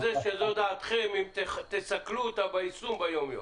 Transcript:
זה שזו דעתכם האם תסכלו אותה ביישום ביום-יום?